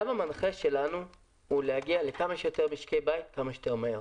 הקו המנחה שלנו הוא להגיע לכמה שיותר משקי בית כמה שיותר מהר.